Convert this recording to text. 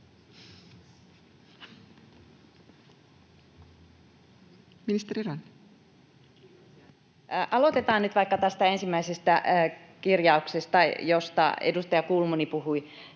Ministeri Ranne. Aloitetaan nyt vaikka tästä ensimmäisestä kirjauksesta, josta edustaja Kulmuni puhui.